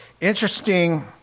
interesting